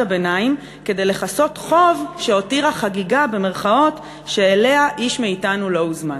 הביניים כדי לכסות חוב שהותירה 'חגיגה' אליה איש מאתנו לא הוזמן".